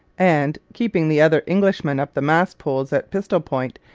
and, keeping the other englishmen up the mast poles at pistol point,